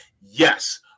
yes